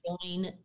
join